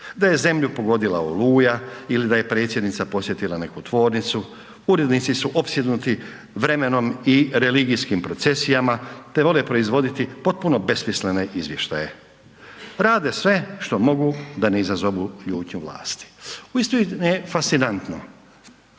da je zemlju pogodila oluja ili da je predsjednica posjetila neku tvornicu. Urednici su opsjednuti vremenom i religijskim procesijama te vole proizvoditi potpuno besmislene izvještaje, rade sve što mogu da ne izazovu ljutnju vlasti. Uistinu je fascinantno